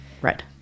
red